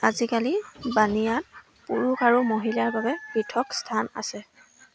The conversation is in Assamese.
আজিকালি বানিয়া পুৰুষ আৰু মহিলাৰ বাবে পৃথক স্থান আছে